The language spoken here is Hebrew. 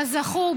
כזכור,